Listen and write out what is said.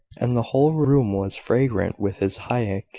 and the whole room was fragrant with his hyacinths.